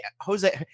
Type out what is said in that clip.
Jose